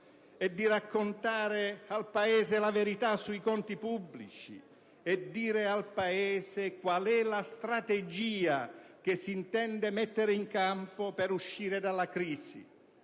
e di raccontare al Paese la verità sui conti pubblici, di spiegare al Paese qual è la strategia che si intende mettere in campo per uscire dalla crisi.